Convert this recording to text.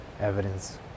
evidence